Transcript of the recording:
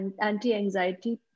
anti-anxiety